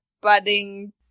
budding